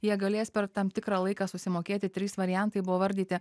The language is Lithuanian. jie galės per tam tikrą laiką susimokėti trys variantai buvo vardyti